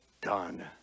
done